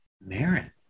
Marin